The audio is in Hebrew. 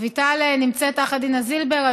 אביטל נמצאת תחת דינה זילבר.